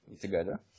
together